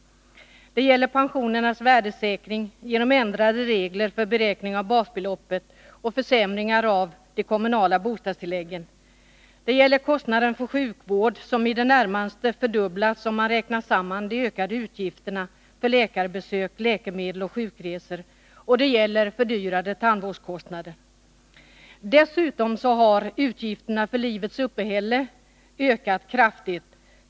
Det gäller pensionernas värdesäkring genom ändrade regler för beräkning av basbeloppet och försämringar av de kommunala bostadstilläggen. Det gäller kostnaden för sjukvård, som i det närmaste fördubblats om man räknar samman de ökade utgifterna för läkarbesök, läkemedel och sjukresor. Det gäller vidare fördyrade tandvårdskostnader. Dessutom har utgifterna för livets uppehälle ökat kraftigt.